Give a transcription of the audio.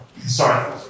Sorry